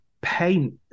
paint